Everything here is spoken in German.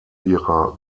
ihrer